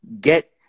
get